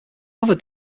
other